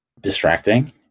distracting